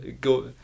go